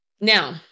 Now